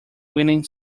winning